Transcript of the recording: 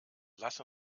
lass